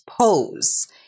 pose